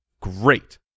great